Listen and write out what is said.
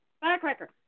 firecracker